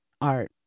art